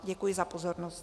Děkuji za pozornost.